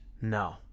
no